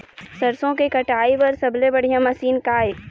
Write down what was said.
सरसों के कटाई बर सबले बढ़िया मशीन का ये?